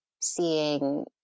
Seeing